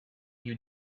you